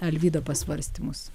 alvydo pasvarstymus